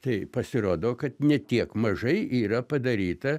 tai pasirodo kad ne tiek mažai yra padaryta